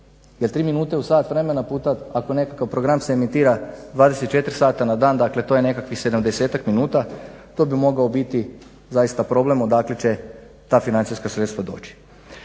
Jer tri minute u sat vremena puta ako nekakav program se emitira 24 sata na dan. Dakle, to je nekakvih 70-tak minuta. To bi mogao biti zaista problem odakle će ta financijska sredstva doći.